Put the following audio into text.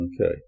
okay